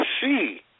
see